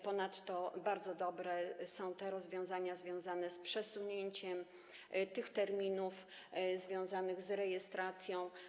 Ponadto bardzo dobre są rozwiązania związane z przesunięciem tych terminów związanych z rejestracją.